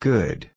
Good